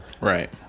Right